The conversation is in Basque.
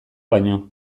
baino